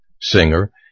singer